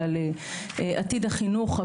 ועל עתיד החינוך.